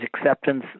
acceptance